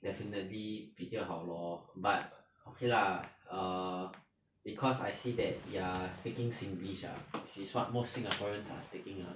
definitely 比较好 lor but okay lah err because I see that you're speaking singlish ah which is what most singaporeans are speaking ah